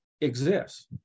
exists